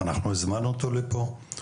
אנחנו הזמנו אותו לפה,